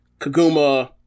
Kaguma